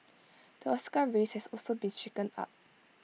the Oscar race has also been shaken up